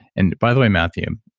and by the way, matthew,